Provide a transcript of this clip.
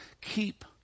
keep